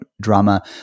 drama